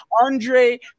Andre